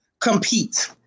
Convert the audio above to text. Compete